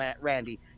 Randy